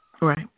Right